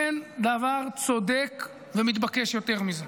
אין דבר צודק ומתבקש יותר מזה.